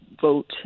vote